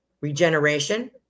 regeneration